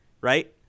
right